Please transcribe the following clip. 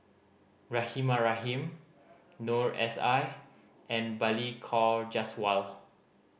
Rahimah Rahim Noor S I and Balli Kaur Jaswal